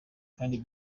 kandi